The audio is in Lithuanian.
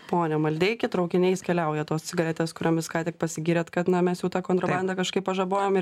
pone maldeiki traukiniais keliauja tos cigaretės kuriomis ką tik pasigyrėt kad na mes jau tą kontrabandą kažkaip pažabojom ir